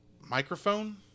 Microphone